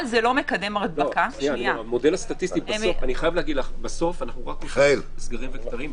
בסוף אנחנו רק עושים סגרים וכתרים.